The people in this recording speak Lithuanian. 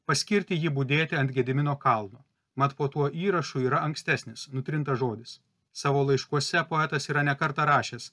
paskirti jį budėti ant gedimino kalno mat po tuo įrašu yra ankstesnis nutrintas žodis savo laiškuose poetas yra ne kartą rašęs